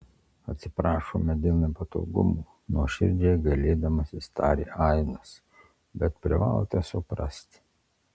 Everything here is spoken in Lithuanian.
atsiprašome dėl nepatogumų nuoširdžiai gailėdamasis tarė ainas bet privalote suprasti